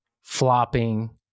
flopping